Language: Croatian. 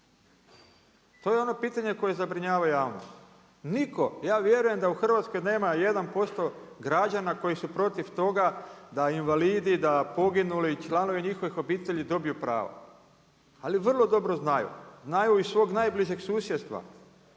To je ono pitanje koje zabrinjava javnost. Nitko ja vjerujem, da u Hrvatskoj nema 1% građana koji su protiv toga da invalidi, da poginuli članovi njihovih obitelji dobiju prava. Ali vrlo dobro znaju, znaju iz svog najbližeg susjedstva,